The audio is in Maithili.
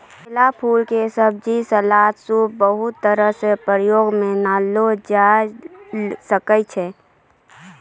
केला फूल के सब्जी, सलाद, सूप बहुत तरह सॅ प्रयोग मॅ लानलो जाय ल सकै छो